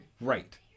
Right